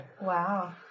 Wow